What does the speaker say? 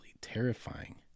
terrifying